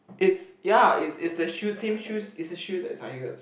it's ya it's it's the shoes same shoes it's the shoes that tires